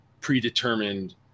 predetermined